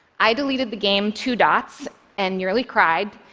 i deleted the game two dots and nearly cried.